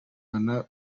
bana